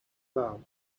vowel